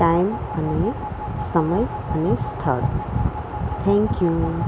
time અને સમય અને સ્થળ થેન્ક યૂ